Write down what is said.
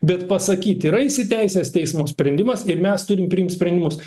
bet pasakyt yra įsiteisėjęs teismo sprendimas ir mes turim priimt sprendimus